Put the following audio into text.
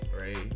right